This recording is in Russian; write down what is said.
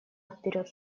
вперед